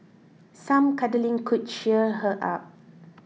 some cuddling could cheer her up